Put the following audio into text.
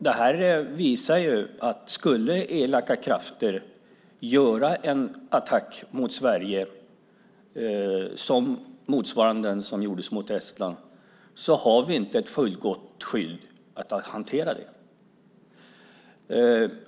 Det här visar ju att om elaka krafter skulle göra en attack mot Sverige, motsvarande den som gjordes mot Estland, har vi inte ett fullgott skydd för att hantera det.